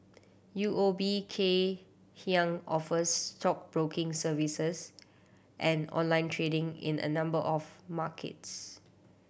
U O B Kay Hian offers stockbroking services and online trading in a number of markets